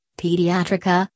pediatrica